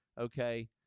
Okay